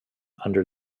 under